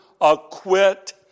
acquit